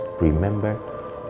Remember